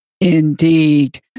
Indeed